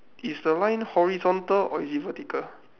is the line horizontal or is it vertical